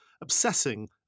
obsessing